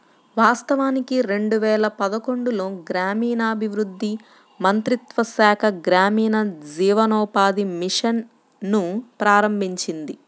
వాస్తవానికి రెండు వేల పదకొండులో గ్రామీణాభివృద్ధి మంత్రిత్వ శాఖ గ్రామీణ జీవనోపాధి మిషన్ ను ప్రారంభించింది